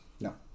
No